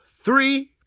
three